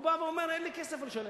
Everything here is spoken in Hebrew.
הוא בא ואומר: אין לי כסף לשלם,